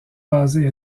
basé